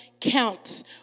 counts